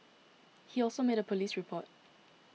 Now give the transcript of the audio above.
he also made a police report